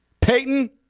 Peyton